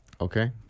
Okay